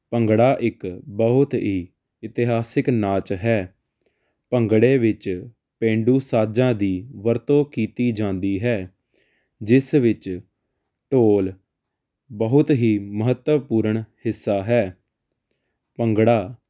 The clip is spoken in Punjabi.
ਭੰਗੜਾ ਇੱਕ ਬਹੁਤ ਹੀ ਇਤਿਹਾਸਿਕ ਨਾਚ ਹੈ ਭੰਗੜੇ ਵਿੱਚ ਪੇਂਡੂ ਸਾਜਾਂ ਦੀ ਵਰਤੋਂ ਕੀਤੀ ਜਾਂਦੀ ਹੈ ਜਿਸ ਵਿੱਚ ਢੋਲ ਬਹੁਤ ਹੀ ਮਹੱਤਵਪੂਰਨ ਹਿੱਸਾ ਹੈ ਭੰਗੜਾ